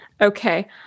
Okay